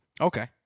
Okay